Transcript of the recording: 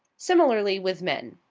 similarly with men.